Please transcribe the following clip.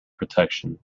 protection